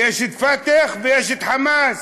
יש פתח ויש חמאס.